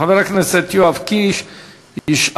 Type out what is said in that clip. חבר הכנסת יואב קיש ישאל,